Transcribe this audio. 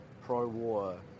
pro-war